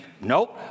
Nope